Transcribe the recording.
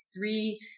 three